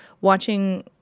watching